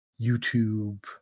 YouTube